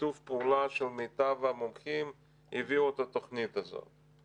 בשיתוף פעולה של מיטב המומחים הביאו את התוכנית הזאת.